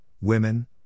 women